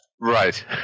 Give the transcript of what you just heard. Right